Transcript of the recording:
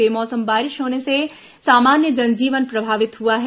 बेमौसम बारिश होने से सामान्य जनजीवन प्रभावित हुआ है